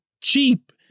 cheap